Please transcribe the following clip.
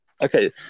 Okay